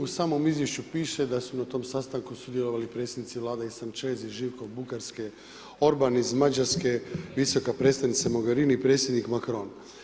U samom izvješću piše da su na tom sastanku sudjelovali i predsjednici vlada i Sanchez i Živko Bugarske, Oran iz Mađarske, visoka predstavnica Mogherini i predstavnik Macron.